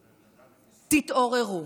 תתעוררו.